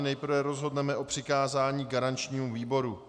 Nejprve rozhodneme o přikázání garančnímu výboru.